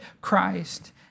Christ